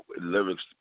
lyrics